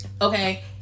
Okay